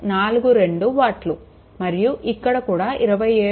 42 వాట్లు మరియు ఇక్కడ కూడా 27